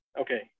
Okay